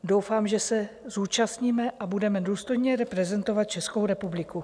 Doufám, že se zúčastníme a budeme důstojně reprezentovat Českou republiku.